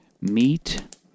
meat